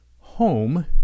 home